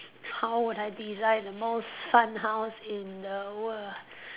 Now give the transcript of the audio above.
how would I design the most fun house in the world ah